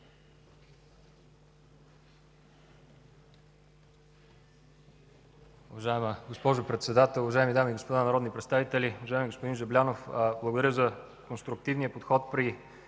Уважаема госпожо Председател, уважаеми дами и господа народни представители! Уважаеми господин Жаблянов, благодаря за конструктивния подход при